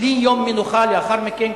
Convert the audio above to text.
בלי יום מנוחה לאחר מכן,